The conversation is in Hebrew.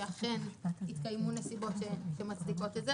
שאכן התקיימו נסיבות שמצדיקות את זה.